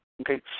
okay